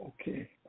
Okay